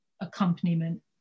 accompaniment